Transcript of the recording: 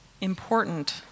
important